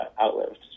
outlived